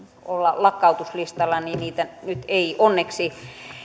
olla lakkautuslistalla niin niitä nyt ei onneksi